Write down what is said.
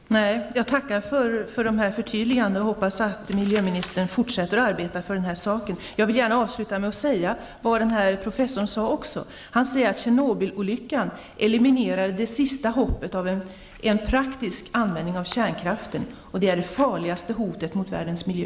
Fru talman! Jag tackar för dessa förtydliganden och hoppas att miljöministern fortsätter att arbeta för den här saken. Jag vill avslutningsvis åberopa vad professorn sade. Han sade att Tjernobylolyckan eliminerade det sista hoppet om en praktisk användning av kärnkraften och att det är det farligaste hotet mot världens miljö.